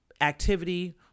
activity